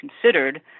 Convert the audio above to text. considered